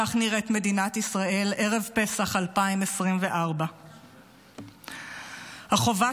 כך נראית מדינת ישראל ערב פסח 2024. החובה